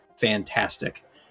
fantastic